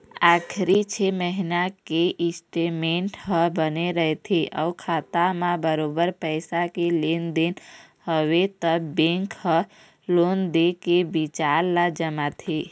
आखरी छै महिना के स्टेटमेंट ह बने रथे अउ खाता म बरोबर पइसा के लेन देन हवय त बेंक ह लोन दे के बिचार ल जमाथे